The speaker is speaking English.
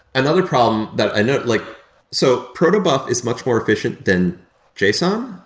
another problem that and like so proto buff is much more efficient than json, um